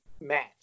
match